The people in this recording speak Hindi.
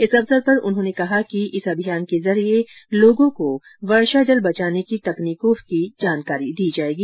इस अवसर पर उन्होंने कहा कि इस अभियान के जरिये लोगों को वर्षा जल बचाने की तकनीकों से अवगत कराया जाएगा